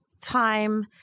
time